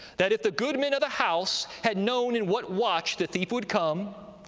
that if the goodman of the house had known in what watch the thief would come,